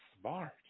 smart